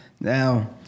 Now